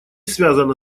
связано